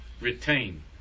retain